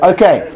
Okay